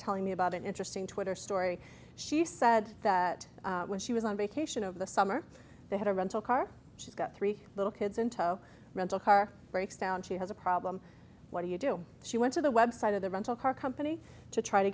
telling me about an interesting twitter story she said that when she was on vacation over the summer they had a rental car she's got three little kids in tow rental car breaks down she has a problem what do you do she went to the website of the rental car company to try to